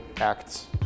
acts